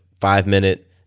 five-minute